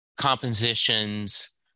compositions